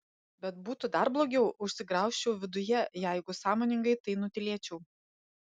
bet būtų dar blogiau užsigraužčiau viduje jeigu sąmoningai tai nutylėčiau